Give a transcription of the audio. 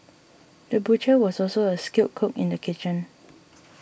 the butcher was also a skilled cook in the kitchen